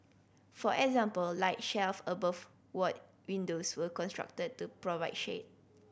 for example light shelf above ward windows were constructed to provide shade